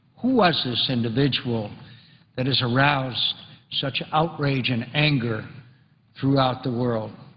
who was this individual that has aroused such outrage and anger throughout the world?